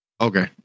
Okay